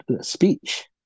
speech